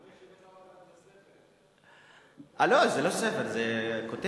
אני רואה, את הספר, לא, זה לא ספר, זה כותרת.